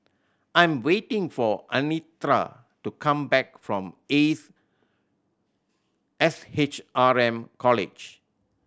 I am waiting for Anitra to come back from Ace S H R M College